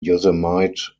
yosemite